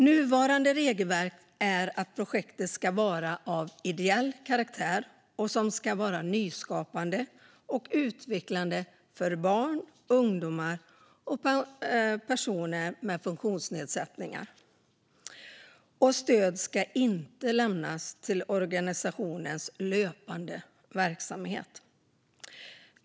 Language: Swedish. Nuvarande regelverk säger att projekten ska vara av ideell karaktär och vara nyskapande och utvecklande för barn, ungdomar och personer med funktionsnedsättning. Stöd ska inte lämnas till organisationers löpande verksamhet.